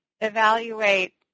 evaluate